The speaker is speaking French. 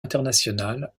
internationale